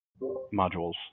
modules